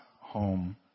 home